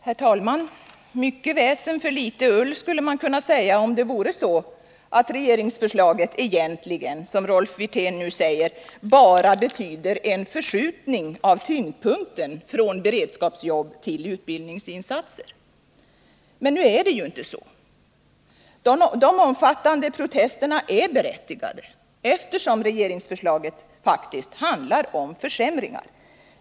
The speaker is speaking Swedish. Herr talman! Mycket väsen för litet ull, skulle man kunna säga om det vore så att regeringsförslaget egentligen — som Rolf Wirtén nu hävdar — bara betyder en förskjutning av tyngdpunkten från beredskapsjobb till utbildningsinsatser. Men nu är det ju inte så. De omfattande protesterna är berättigade, eftersom regeringsförslaget faktiskt handlar om försämringar.